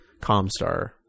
Comstar